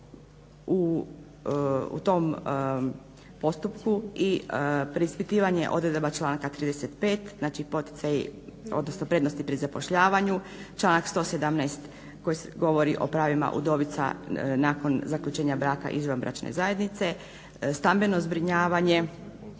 u tom postupku i preispitivanje odredaba članka 35. znači prednosti pri zapošljavanju, članak 117. koji govori o pravima udovica nakon zaključenja braka izvanbračne zajednice, stambeno zbrinjavanje